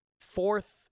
fourth